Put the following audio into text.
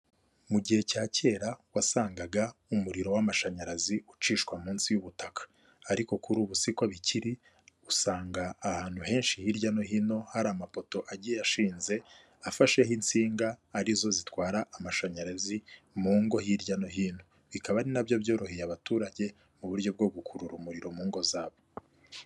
Mu gihe cya kera wasangaga umuriro w'amashanyarazi ucishwa munsi y'ubutaka ariko kuri ubu siko bikiri usanga ahantu henshi hirya no hino hari amapoto agiye ashinze afasheho insinga arizo zitwara amashanyarazi mu ngo hirya no hino, bikaba ari na byo byoroheye abaturage mu buryo bwo gukurura umuriro mu ngo zabo.